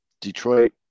Detroit